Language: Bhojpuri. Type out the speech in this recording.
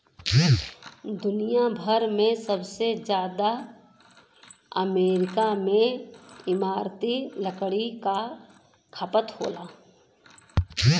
दुनिया भर में सबसे जादा अमेरिका में इमारती लकड़ी क खपत होला